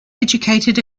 educated